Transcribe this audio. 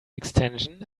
extension